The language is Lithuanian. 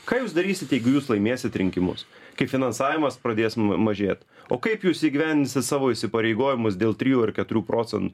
ką jūs darysit jeigu jūs laimėsit rinkimus kai finansavimas pradės mažėt o kaip jūs įgyvendinsit savo įsipareigojimus dėl trijų ar keturių procentų